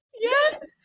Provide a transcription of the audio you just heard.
Yes